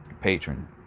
patron